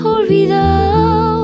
olvidado